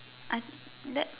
I that